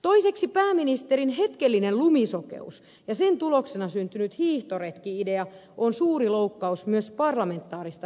toiseksi pääministerin hetkellinen lumisokeus ja sen tuloksena syntynyt hiihtoretki idea on suuri loukkaus myös parlamentaarista päätöksentekoa kohtaan